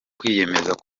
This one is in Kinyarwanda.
kwiyemeza